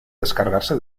descargarse